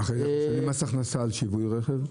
ואתה משלם מס הכנסה על שווי רכב.